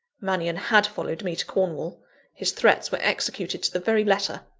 mannion had followed me to cornwall his threats were executed to the very letter!